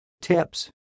Tips